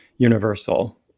universal